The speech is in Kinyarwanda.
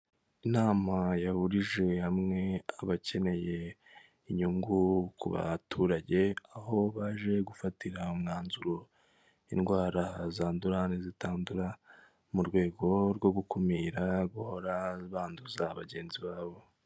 Inama yahurije hamwe abakeneye inyungu ku baturage aho baje gufatira umwanzuro, indwara zandura zitandura mu rwego rwo gukumira guhora banduza bagenzi babo.